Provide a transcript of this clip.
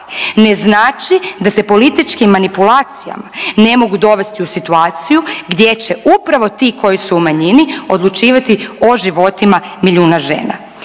ne znači da se političkim manipulacijama ne mogu dovesti u situaciju gdje će upravo ti koji su u manjini odlučivati o životima milijuna žena.